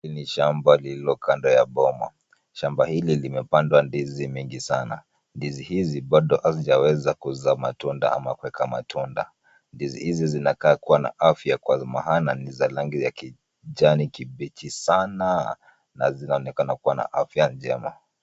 Hili ni shamba lililo kando ya boma. Shamba hili limepandwa ndizi mingi sana. Ndizi hizi bado hazijaweza kuzaa matunda au kuweka matunda. Ndizi hizi zinakaa kuwa na afya kwa maana ni za rangi ya kijani kibichi sana na zinaonekana kuwa na afya njema.